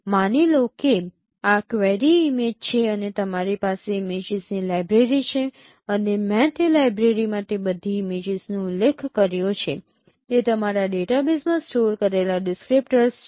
માની લો કે આ ક્વેરી ઇમેજ છે અને તમારી પાસે ઇમેજીસની લાઇબ્રેરી છે અને મેં તે લાઇબ્રેરીમાં તે બધી ઇમેજીસનો ઉલ્લેખ કર્યો છે તે તમારા ડેટાબેઝમાં સ્ટોર કરેલા ડિસક્રીપ્ટર્સ છે